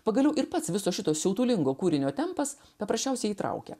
pagaliau ir pats viso šito siautulingo kūrinio tempas paprasčiausiai įtraukia